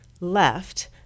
left